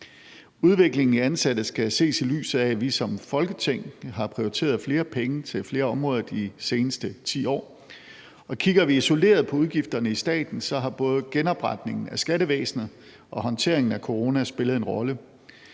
Udviklingen i ansatte skal ses i lyset af, at vi som Folketing har prioriteret flere penge til flere områder de seneste 10 år. Og kigger vi isoleret på udgifterne i staten, har både genopretningen af skattevæsenet og håndteringen af corona spillet en rolle.